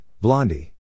Blondie